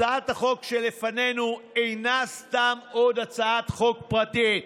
הצעת החוק שלפנינו אינה סתם עוד הצעת חוק פרטית.